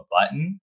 button